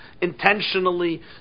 intentionally